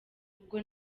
ubwo